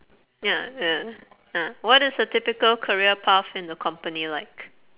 ya ya ya what is a typical career path in the company like